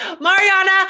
Mariana